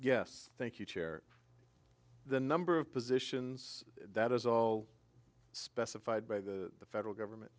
yes thank you chair the number of positions that is all specified by the federal government